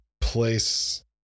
place